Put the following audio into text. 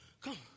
Come